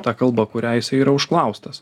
ta kalba kuria jisai yra užklaustas